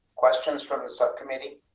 questions from the subcommittee.